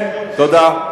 כן, תודה.